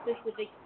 specific